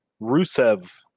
Rusev